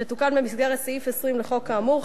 שתוקן במסגרת סעיף 20 לחוק האמור,